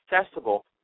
accessible